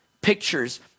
pictures